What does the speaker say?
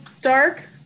dark